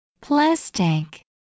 plastic